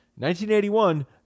1981